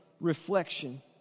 reflection